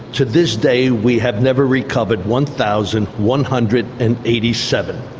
to this day we have never recovered one thousand one hundred and eighty seven.